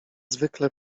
zwykle